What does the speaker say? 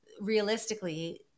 realistically